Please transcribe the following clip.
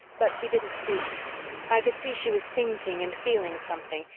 but she didn't speak i could see she was thinking and feeling something,